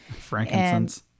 Frankincense